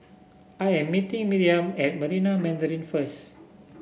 I am meeting Miriam at Marina Mandarin first